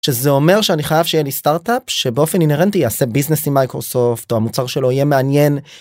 שזה אומר שאני חייב שיהיה לי סטארטאפ שבאופן אינהרנטי יעשה ביזנס עם מייקרוסופט או המוצר שלו יהיה מעניין.